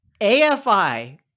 AFI